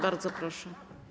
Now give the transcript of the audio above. Bardzo proszę.